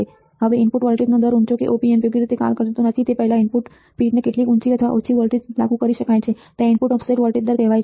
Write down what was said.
બરાબર હવે ઈનપુટ વોલ્ટેજનો દર ઉંચો છે કે op amp યોગ્ય રીતે કાર્ય કરતું નથી તે પહેલાં ઇનપુટ પિનને કેટલી ઊંચી અથવા ઓછી વોલ્ટેજ લાગુ કરી શકાય છે ત્યાં ઇનપુટ ઓફસેટ વોલ્ટેજ દર કહેવાય છે